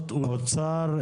האוצר.